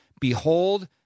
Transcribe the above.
Behold